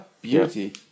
Beauty